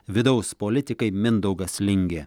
vidaus politikai mindaugas lingė